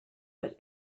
but